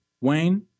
Wayne